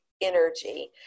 energy